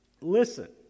Listen